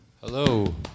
Hello